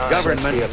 Government